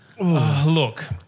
Look